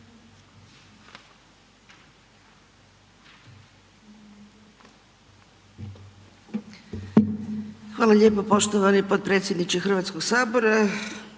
Hvala lijepo poštovani potpredsjedniče HS, poštovana